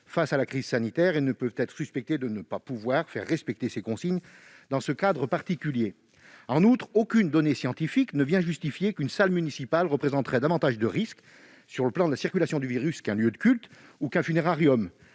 face à la crise sanitaire et ne peuvent être soupçonnés de ne pas pouvoir faire respecter ces consignes dans ce cadre particulier. En outre, aucune donnée scientifique ne vient justifier qu'une salle municipale représenterait davantage de risques, du point de vue de la circulation du virus, qu'un lieu de culte ou un funérarium,